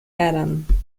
adam